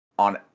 on